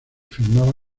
firmaba